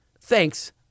Thanks